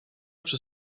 przy